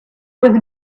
was